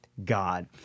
God